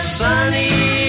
sunny